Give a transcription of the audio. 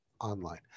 online